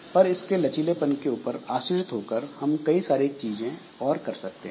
पर इसके लचीलेपन के ऊपर आश्रित होकर हम कई सारी चीजें और कर सकते हैं